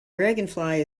dragonfly